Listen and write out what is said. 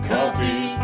Coffee